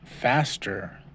faster